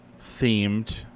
themed